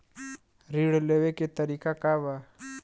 ऋण लेवे के तरीका का बा?